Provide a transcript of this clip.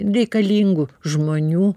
reikalingų žmonių